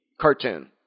cartoon